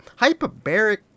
Hyperbaric